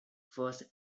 first